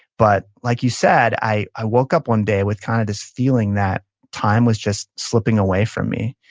but like you said, i i woke up one day with kind of this feeling that time was just slipping away from me.